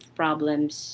problems